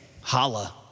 holla